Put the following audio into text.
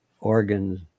organs